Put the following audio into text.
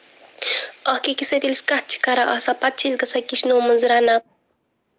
اکھ أکِس سۭتۍ ییٚلہِ أسۍ کَتھ چھِ کران آسان پَتہٕ چھِ أسۍ گژھان کِچنو منٛز رَنان